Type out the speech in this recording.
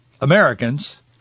Americans